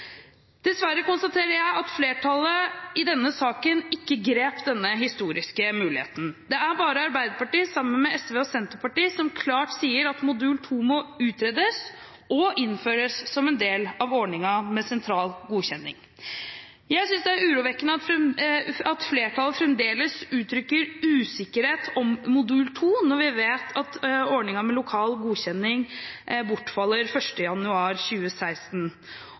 Dessverre konstaterer jeg at flertallet i denne saken ikke grep denne historiske muligheten. Det er bare Arbeiderpartiet sammen med SV og Senterpartiet som klart sier at modul 2 må utredes og innføres som en del av ordningen med sentral godkjenning. Jeg synes det er urovekkende at flertallet fremdeles uttrykker usikkerhet om modul 2, når vi vet at ordningen med lokal godkjenning bortfaller 1. januar 2016,